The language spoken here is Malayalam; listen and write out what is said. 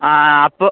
ആ അപ്പോൾ